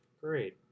great